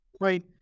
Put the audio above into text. right